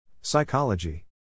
Psychology